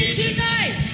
tonight